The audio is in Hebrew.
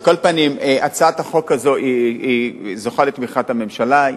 על כל פנים, הצעת החוק הזו זוכה לתמיכת הממשלה.